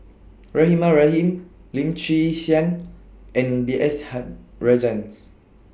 Rahimah Rahim Lim Chwee Chian and B S hug Rajhans